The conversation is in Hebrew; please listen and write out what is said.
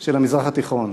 של המזרח התיכון.